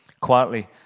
Quietly